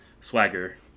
Swagger